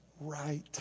right